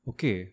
Okay